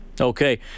Okay